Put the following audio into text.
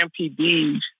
MPD's